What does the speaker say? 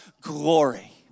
glory